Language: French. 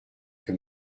que